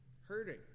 hurting